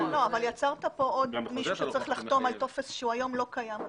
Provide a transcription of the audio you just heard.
יצרת כאן עוד מישהו שצריך לחתום על טופס שהיום לא קיים.